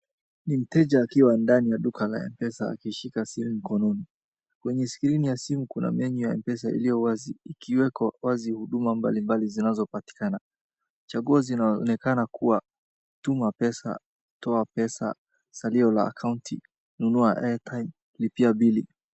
Ni mteja akiwa ndani ya duka la M-pesa akishika simu mkononi. Kwenye skirini ya simu kuna menu ya M-pesa iliyo wazi, ikiweko wazi huduma mbalimbali zinazopatikana. Chaguo zinaonekana kuwa; tuma pesa, toa pesa, salio la akaunti, nunua airtime , lipia bili.